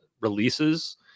releases